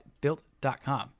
built.com